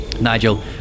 Nigel